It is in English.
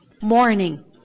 Morning